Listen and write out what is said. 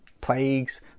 Plagues